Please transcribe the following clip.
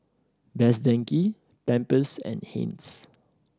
Best Denki Pampers and Heinz